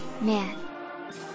man